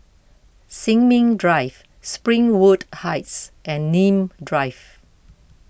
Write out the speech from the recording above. Sin Ming Drive Springwood Heights and Nim Drive